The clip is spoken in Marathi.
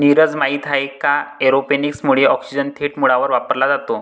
नीरज, माहित आहे का एरोपोनिक्स मुळे ऑक्सिजन थेट मुळांवर वापरला जातो